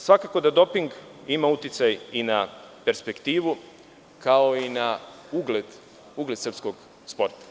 Svakako da doping ima uticaj i na perspektivu, kao i na ugled srpskog sporta.